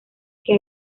que